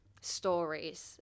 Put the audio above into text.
stories